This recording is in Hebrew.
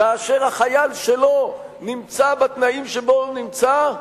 כאשר החייל שלו נמצא בתנאים שבהם הוא נמצא,